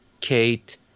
Kate